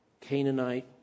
Canaanite